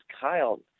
Kyle